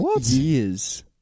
years